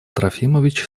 трофимович